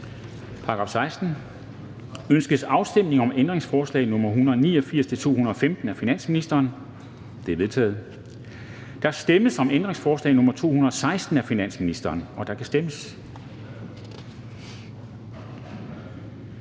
forkastet. Ønskes afstemning om ændringsforslag nr. 663-679 af finansministeren? De er vedtaget. Der stemmes om ændringsforslag nr. 751 af RV, og der kan stemmes.